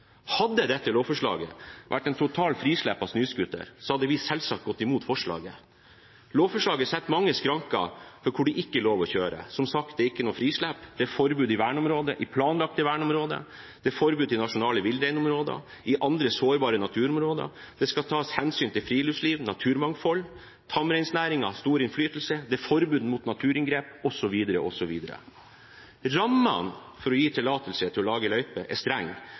hadde vi selvsagt gått imot forslaget. Lovforslaget setter mange skranker for hvor det ikke er lov å kjøre. Som sagt, det er ikke noe frislipp. Det er forbud i verneområder, i planlagte verneområder, det er forbud i nasjonale villreinområder og i andre sårbare naturområder. Det skal tas hensyn til friluftsliv og naturmangfold, tamreinnæringen har stor innflytelse, og det er forbud mot naturinngrep osv. Rammene for å gi tillatelse til å lage løyper er streng,